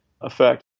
effect